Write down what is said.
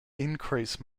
increase